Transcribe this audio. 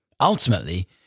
Ultimately